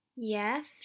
Yes